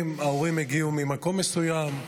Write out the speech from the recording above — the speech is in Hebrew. ההורים הגיעו ממקום מסוים,